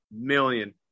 million